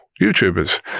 YouTubers